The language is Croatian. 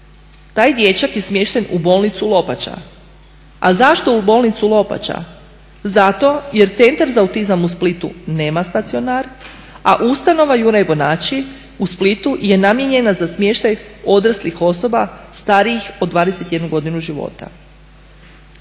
Taj dječak je smješten u bolnicu Lopača. A zašto u bolnicu Lopača? Zato jer Centar za autizam u Splitu nema stacionar, a ustanova Juraj Bonači u Splitu je namijenjena za smještaj odraslih osoba starijih od 21 godinu života.